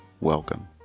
welcome